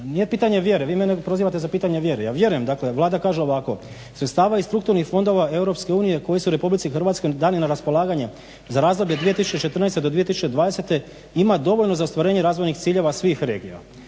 Nije pitanje vjere, vi mene prozivate za pitanje vjere. Ja vjerujem dakle Vlada kaže ovako. Sredstava iz strukturnih fondova EU koji su RH dani na raspolaganje za razdoblje 2014.-2020. ima dovoljno za ostvarenje razvojnih ciljeva svih regija.